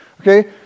Okay